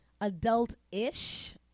adult-ish